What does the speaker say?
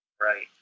Right